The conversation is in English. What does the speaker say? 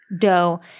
Dough